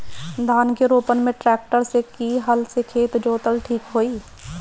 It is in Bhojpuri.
धान के रोपन मे ट्रेक्टर से की हल से खेत जोतल ठीक होई?